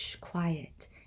quiet